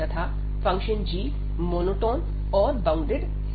तथा function g monotone और bounded है